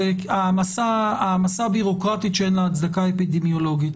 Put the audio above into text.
זה העמסה בירוקרטית שאין לה הצדקה אפידמיולוגית,